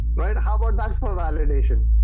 right, how about that for validation